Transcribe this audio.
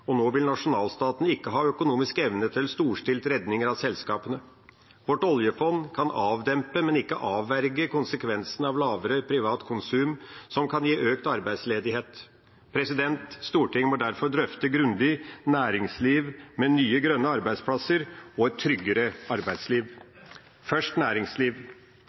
og nå vil nasjonalstatene ikke ha økonomisk evne til storstilte redninger av selskapene. Vårt oljefond kan avdempe, men ikke avverge konsekvensene av lavere privat konsum, som kan gi økt arbeidsledighet. Stortinget må derfor grundig drøfte et næringsliv med nye, grønne arbeidsplasser og et tryggere arbeidsliv. Først næringsliv: